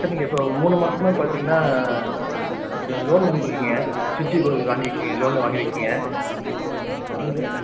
sir நீங்கள் இப்போ மூணு மாசமாக பார்த்தீங்கன்னா ஒரு லோன் வாங்கியிருக்கீங்க ஃபிரிட்ஜ் வாங்கியிருக்கீங்க லோனில் வாங்கியிருக்கீங்க நீங்கள்